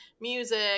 music